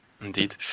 Indeed